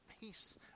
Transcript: peace